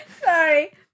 Sorry